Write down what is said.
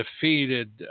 defeated